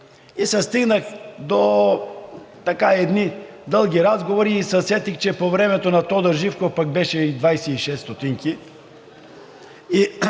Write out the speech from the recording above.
и се стигна до едни дълги разговори и се сетих, че по времето на Тодор Живков пък беше 0,26 стотинки.